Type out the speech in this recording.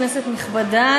כנסת נכבדה,